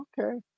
Okay